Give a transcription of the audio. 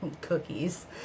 cookies